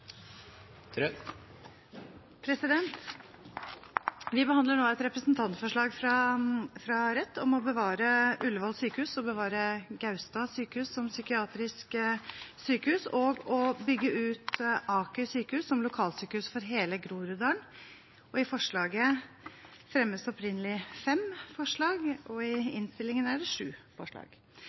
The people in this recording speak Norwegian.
Vi behandler nå et representantforslag fra Rødt om å bevare Ullevål sykehus, å bevare Gaustad sykehus som psykiatrisk sykehus og å bygge ut Aker sykehus som lokalsykehus for hele Groruddalen. I det representantforslaget fremmes det fem forslag, og i innstillingen er det sju forslag.